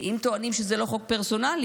אם טוענים שזה לא חוק פרסונלי,